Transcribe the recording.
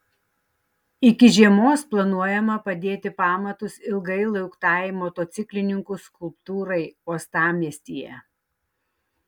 iki žiemos planuojama padėti pamatus ilgai lauktai motociklininkų skulptūrai uostamiestyje